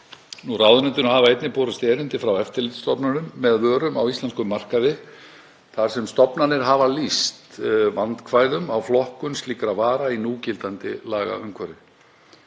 Ráðuneytinu hafa einnig borist erindi frá eftirlitsstofnunum með vörum á íslenskum markaði þar sem stofnanir hafa lýst vandkvæðum á flokkun slíkra vara í núgildandi lagaumhverfi.